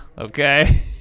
okay